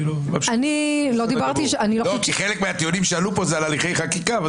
כי חלק מהדיונים שעלו פה זה על הליכי חקיקה.